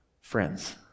friends